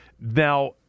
Now